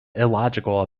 illogical